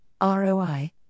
ROI